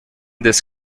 this